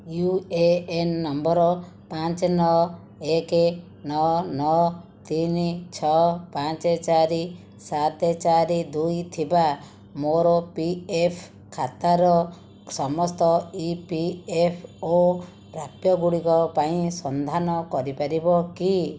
you A N number ପାଞ୍ଚ ନଅ ଏକ ନଅ ନଅ ତିନି ଛଅ ପାଞ୍ଚ ଚାରି ସାତ ଚାରି ଦୁଇ ଥିବା ମୋର ପି ଏଫ୍ ଖାତାର ସମସ୍ତ ଇ ପି ଏଫ୍ ଓ ପ୍ରାପ୍ୟ ଗୁଡ଼ିକ ପାଇଁ ସନ୍ଧାନ କରିପାରିବ କି